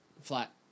flat